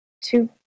two